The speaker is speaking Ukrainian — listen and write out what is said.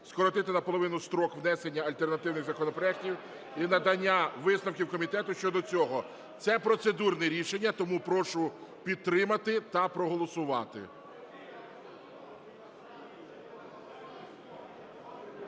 скоротити наполовину строк внесення альтернативних законопроектів і надання висновків комітету щодо нього. Потрібно 226 голосів. Прошу підтримати та голосувати.